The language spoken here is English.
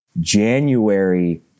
January